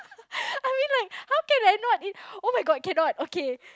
I mean like how can I not in~ oh my god cannot okay